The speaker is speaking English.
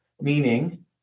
meaning